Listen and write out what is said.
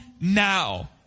now